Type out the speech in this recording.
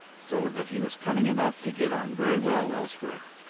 so that he was cunning enough to get on very well elsewhere.